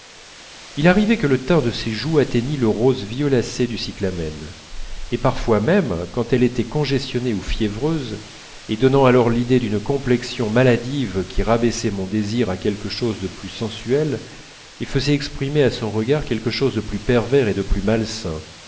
il arrivait que le teint de ses joues atteignît le rose violacé du cyclamen et parfois même quand elle était congestionnée ou fiévreuse et donnant alors l'idée d'une complexion maladive qui rabaissait mon désir à quelque chose de plus sensuel et faisait exprimer à son regard quelque chose de plus pervers et de plus malsain